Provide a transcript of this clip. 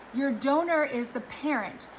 your donor is the parent.